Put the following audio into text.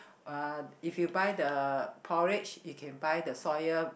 uh if you buy the porridge you can buy the soya